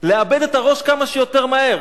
לאבד את הראש כמה שיותר מהר.